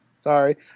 Sorry